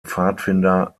pfadfinder